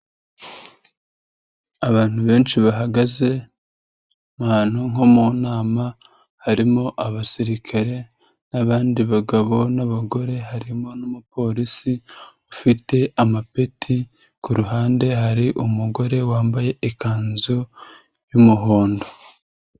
Abantu benshi bahagaze ahantu nko mu nama, harimo abasirikare n'abandi bagabo n'abagore, harimo n'umupolisi ufite amapeti, ku ruhande hari umugore wambaye ikanzu y'umuhondo.